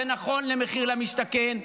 זה נכון למחיר למשתכן,